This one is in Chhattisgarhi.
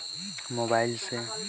ऑनलाइन पइसा कइसे भेज सकत हो?